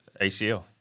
ACL